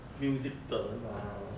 music 的人